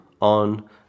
on